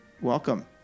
welcome